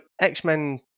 x-men